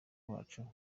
wacu